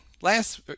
last